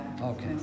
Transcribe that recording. okay